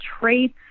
traits